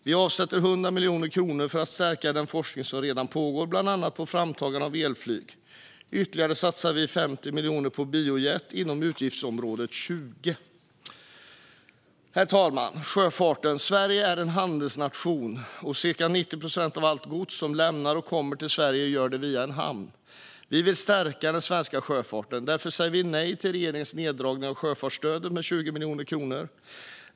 Vi avsätter 100 miljoner kronor för att stärka den forskning som redan pågår på bland annat framtagande av elflyg. Utöver det satsar vi 50 miljoner på biojet inom utgiftsområde 20. Herr talman! Sverige är en handelsnation, och ca 90 procent av allt gods som lämnar och kommer till Sverige gör det via en hamn. Vi vill stärka den svenska sjöfarten, och därför säger vi nej till regeringens neddragning av sjöfartsstödet med 20 miljoner kronor.